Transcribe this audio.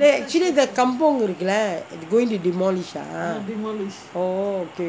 they actually the kampung இருக்குலே:irukkulae they going to demolish ah demolish oh okay